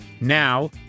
now